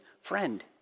friend